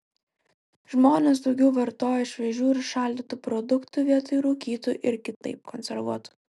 žmonės daugiau vartoja šviežių ir šaldytų produktų vietoj rūkytų ir kitaip konservuotų